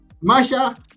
masha